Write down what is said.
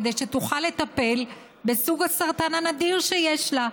כדי שתוכל לטפל בסוג הסרטן הנדיר שיש לה.